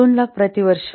200000 प्रति वर्ष